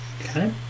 Okay